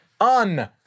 On